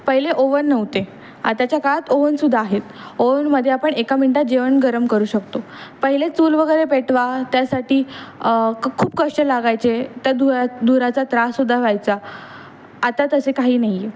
पहिले ओवन नव्हते आताच्या काळात ओवनसुद्धा आहेत ओवनमध्ये आपण एका मिनटात जेवण गरम करू शकतो पहिले चुल वगैरे पेटवा त्यासाठी खूप कष्ट लागायचे त्या धुरा धुराचा त्राससुद्धा व्हायचा आता तसे काही नाही आहे